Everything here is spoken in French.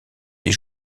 des